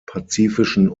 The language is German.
pazifischen